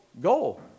goal